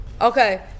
Okay